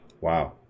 Wow